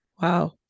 wow